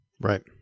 Right